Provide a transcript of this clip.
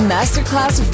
Masterclass